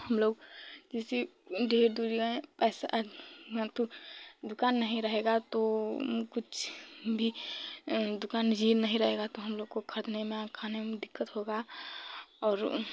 हमलोग किसी ढेर दूर में ऐसी दुक़ान नहीं रहेगी तो कुछ भी दुक़ान में चीज़ नहीं रहेगी तो हमलोगो को खाने में और खाने में दिक्कत होगी और